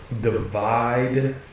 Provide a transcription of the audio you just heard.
divide